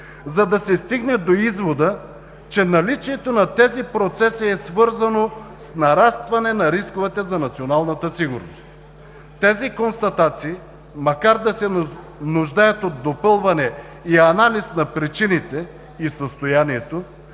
за да се стигне до извода, че наличието на тези процеси е свързано с нарастване на рисковете за националната сигурност. Тези констатации, макар да се нуждаят от допълване и анализ на причините и състоянието,